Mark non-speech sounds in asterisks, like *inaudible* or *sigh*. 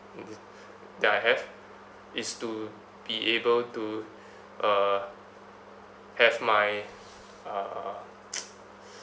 that I have is to be able to uh have my uh *noise*